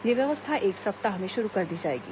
यह व्यवस्था एक सप्ताह में शुरू कर दी जाएगी